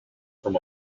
from